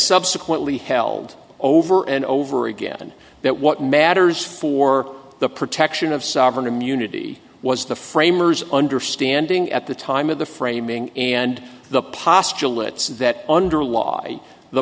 subsequently held over and over again that what matters for the protection of sovereign immunity was the framers understanding at the time of the framing and the postulates that under law the